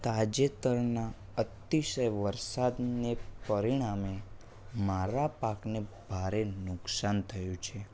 તાજેતરના અતિશય વરસાદને પરિણામે મારા પાકને ભારે નુકસાન થયું છે